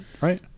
right